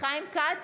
חיים כץ,